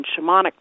shamanic